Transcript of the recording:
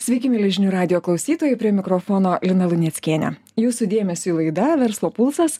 sveiki mieli žinių radijo klausytojai prie mikrofono lina luneckienė jūsų dėmesiui laida verslo pulsas